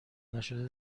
نشده